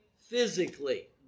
physically